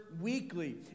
weekly